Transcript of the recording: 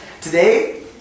Today